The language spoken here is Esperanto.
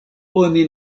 oni